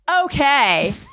okay